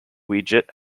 widget